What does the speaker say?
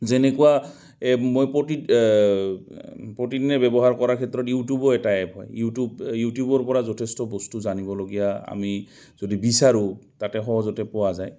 যেনেকুৱা এই মই প্ৰতিদিনে ব্যৱহাৰ কৰাৰ ক্ষেত্ৰত ইউটিউবো এটা এপ হয় ইউটিউব ইউটিউবৰপৰা যথেষ্ট বস্তু জানিবলগীয়া আমি যদি বিচাৰোঁ তাতে সহজতে পোৱা যায়